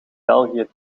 belgië